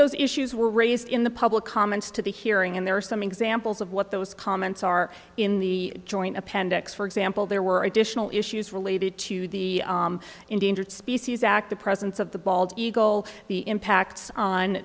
those issues were raised in the public comments to the hearing and there are some examples of what those comments are in the joint appendix for example there were additional issues related to the endangered species act the presence of the bald eagle the impacts on